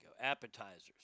Appetizers